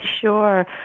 Sure